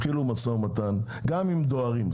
גם אם דוהרים,